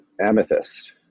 Amethyst